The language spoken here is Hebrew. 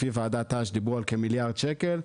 לפי ועדת אש דיברו על כמיליארד שקל,